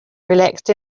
relaxed